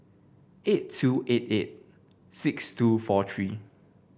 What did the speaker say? eight two eight eight six two four three